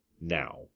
now